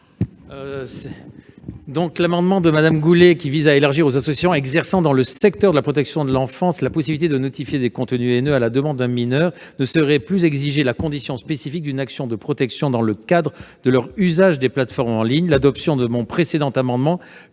Cet amendement proposé par Mme Goulet vise à élargir aux associations exerçant dans le secteur de la protection de l'enfance la possibilité de notifier des contenus haineux à la demande d'un mineur. Ne serait plus exigée la condition spécifique d'une action de protection dans le cadre de leur usage des plateformes en ligne. L'adoption de l'amendement